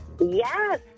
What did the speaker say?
Yes